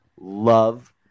love